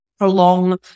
prolong